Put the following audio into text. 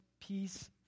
peace